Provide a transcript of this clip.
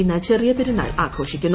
ഇന്ന് ചെറിയ പെരുന്നാൾ ആഘോഷിക്കുന്നു